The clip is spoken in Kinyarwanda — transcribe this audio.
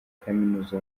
kaminuza